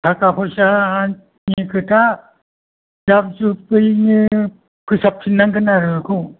थाखा फैसानि खोथा जाब जुबैनो फोसाबफिन्नांगोन आरो बेखौ